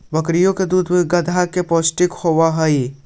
बकरियों के दूध गाढ़ा और पौष्टिक होवत हई